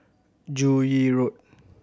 Joo Yee Road